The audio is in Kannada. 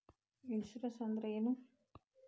ಇನ್ಶೂರೆನ್ಸ್ ಅಂದ್ರ ಏನು?